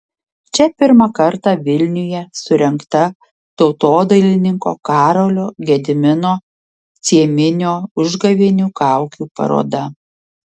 čia pirmą kartą vilniuje surengta tautodailininko karolio gedimino cieminio užgavėnių kaukių paroda